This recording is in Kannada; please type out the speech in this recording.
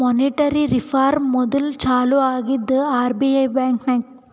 ಮೋನಿಟರಿ ರಿಫಾರ್ಮ್ ಮೋದುಲ್ ಚಾಲೂ ಆಗಿದ್ದೆ ಆರ್.ಬಿ.ಐ ಬ್ಯಾಂಕ್ನಾಗ್